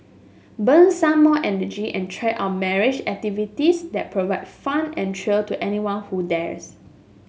burn some more energy and try out myriad activities that provide fun and thrill to anyone who dares